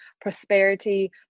prosperity